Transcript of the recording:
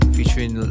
Featuring